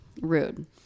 Rude